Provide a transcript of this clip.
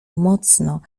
mocno